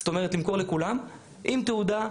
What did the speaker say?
זאת אומרת למכור לכולם עם תעודה,